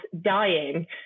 dying